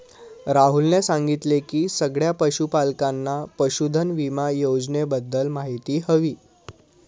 राहुलने सांगितले की सगळ्या पशूपालकांना पशुधन विमा योजनेबद्दल माहिती हवी